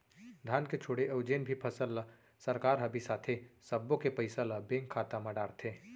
धान के छोड़े अउ जेन भी फसल ल सरकार ह बिसाथे सब्बो के पइसा ल बेंक खाता म डारथे